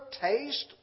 taste